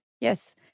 Yes